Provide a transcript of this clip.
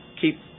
keep